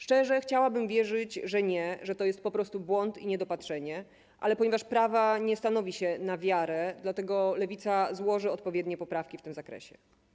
Szczerze chciałabym wierzyć, że nie, że to jest po prostu błąd i niedopatrzenie, ale ponieważ prawa nie stanowi się na wiarę, dlatego Lewica złoży odpowiednie poprawki w tym zakresie.